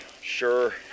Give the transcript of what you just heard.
sure